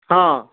ହଁ